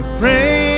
pray